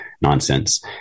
nonsense